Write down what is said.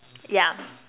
yeah